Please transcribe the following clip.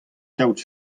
kaout